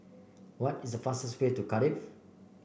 what is the fastest way to Cardiff